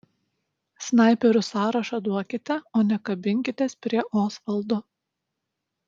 snaiperių sąrašą duokite o ne kabinkitės prie osvaldo